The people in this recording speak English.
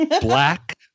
Black